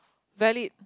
valid